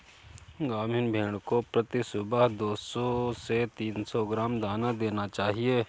गाभिन भेड़ को प्रति सुबह दो सौ से तीन सौ ग्राम दाना देना चाहिए